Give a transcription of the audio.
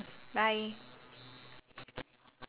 okay err I see you outside